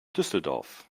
düsseldorf